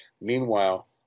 Meanwhile